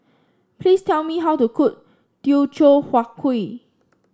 please tell me how to cook Teochew Huat Kuih